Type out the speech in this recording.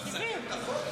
אתה מסכם את החוק?